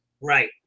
Right